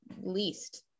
least